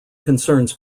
concerns